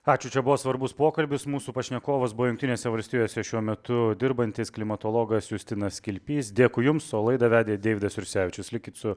ačiū čia buvo svarbus pokalbis mūsų pašnekovas buvo jungtinėse valstijose šiuo metu dirbantis klimatologas justinas kilpys dėkui jums o laidą vedė deividas jursevičius likit su